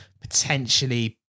potentially